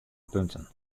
punten